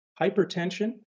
hypertension